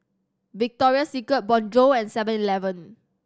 Victoria Secret Bonjour and Seven Eleven